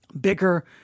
bigger